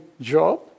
job